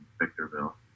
Victorville